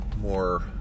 more